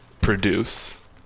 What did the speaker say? produce